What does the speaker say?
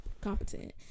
competent